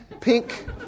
pink